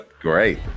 Great